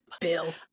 Bill